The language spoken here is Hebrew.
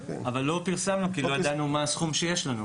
אבל לא פרסמנו את הרשימה כי לא ידענו מה הסכום שיש לנו.